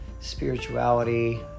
spirituality